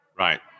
Right